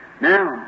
now